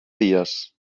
dies